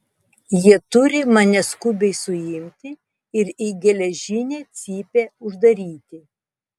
jie turi mane skubiai suimti ir į geležinę cypę uždaryti